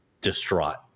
distraught